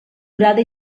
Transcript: durada